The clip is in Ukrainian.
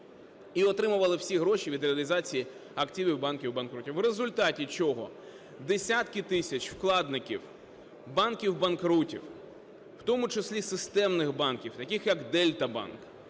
і отримували всі гроші від реалізації активів банків-банкрутів. В результаті чого десятки тисяч вкладників банків-банкрутів, в тому числі системних банків, таких як "Дельта Банк",